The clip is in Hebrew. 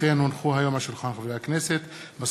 בנושא: הוזלת משק המים בישראל ואי-יישום החלטת ועדת בלינקוב בנושא,